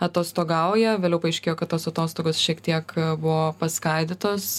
atostogauja vėliau paaiškėjo kad tos atostogos šiek tiek buvo paskaidytos